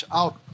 out